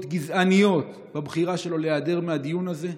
גזעניות בבחירה שלו להיעדר מהדיון הזה.